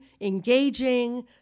engaging